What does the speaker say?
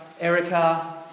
Erica